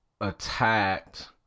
attacked